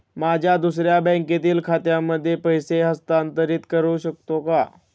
माझ्या दुसऱ्या बँकेतील खात्यामध्ये पैसे हस्तांतरित करू शकतो का?